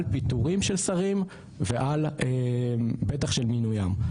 על פיטורים של שרים ועל בטח של מינויים.